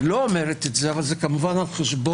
היא לא אומרת זאת אבל כמובן זה על חשבון